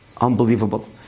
Unbelievable